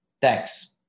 Thanks